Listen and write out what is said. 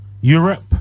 Europe